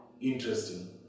interesting